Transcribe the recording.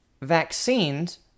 vaccines